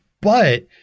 but-